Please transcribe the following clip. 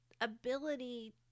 ability